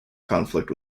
conflict